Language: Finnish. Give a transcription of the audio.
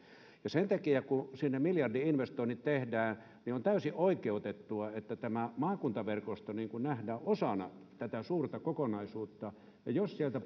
ja sen takia kun siinä miljardi investoinnit tehdään on täysin oikeutettua että tämä maakuntaverkosto nähdään osana tätä suurta kokonaisuutta ja jos sieltä